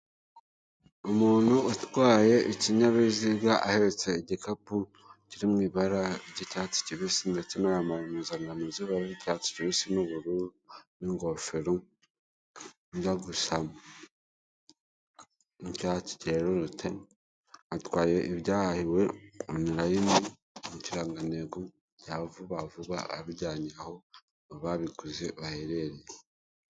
Umuntu utwaye ikinyabiziga, ahetse igikapu kiri mu ibara ry'icyatsi kibisi ndetse yambaye impuzankano z'ibara ry'icyatsi kibisi n'ubururu n'ingofero ijya gusa nk'icyatsi cyerurutse, atwaye ibyahahiwe onurayini mu kirangantego cya vuba vuba abijyanye aho ababiguze baherereye.